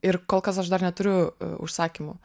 ir kol kas aš dar neturiu užsakymų